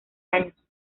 años